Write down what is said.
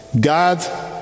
God